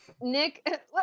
Nick